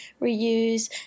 reuse